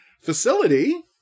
facility